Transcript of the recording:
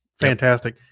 fantastic